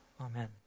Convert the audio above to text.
Amen